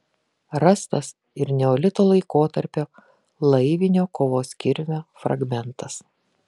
rastas ir neolito laikotarpio laivinio kovos kirvio fragmentas